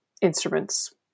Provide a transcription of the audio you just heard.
instruments